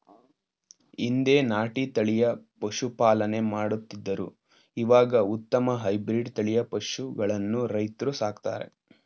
ಹಿಂದೆ ನಾಟಿ ತಳಿಯ ಪಶುಪಾಲನೆ ಮಾಡುತ್ತಿದ್ದರು ಇವಾಗ ಉತ್ತಮ ಹೈಬ್ರಿಡ್ ತಳಿಯ ಪಶುಗಳನ್ನು ರೈತ್ರು ಸಾಕ್ತರೆ